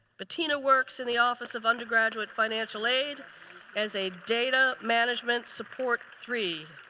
petina works in the office of undergraduate financial aid as a data management support three.